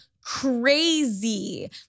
crazy